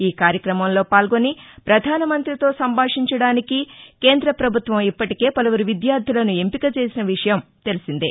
ఈ కార్యక్రమంలో పాల్గొని పధానమంతితో సంభాషించడానికి కేంద పభుత్వం ఇప్పటికే పలువురు విద్యార్దలను ఎంపిక చేసిన విషయం తెలిసిందే